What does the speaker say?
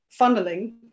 funneling